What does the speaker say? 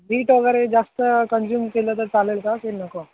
bit वगैरे जास्त consume केलं तर चालेल का की नको